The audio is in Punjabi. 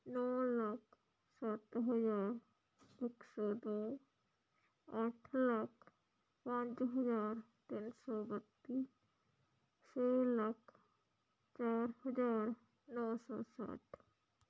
ਨੌ ਲੱਖ ਸੱਤ ਹਜ਼ਾਰ ਇੱਕ ਸੌ ਦੋ ਅੱਠ ਲੱਖ ਪੰਜ ਹਜ਼ਾਰ ਤਿੰਨ ਸੌ ਬੱਤੀ ਛੇ ਲੱਖ ਚਾਰ ਹਜ਼ਾਰ ਨੌ ਸੌ ਸੱਠ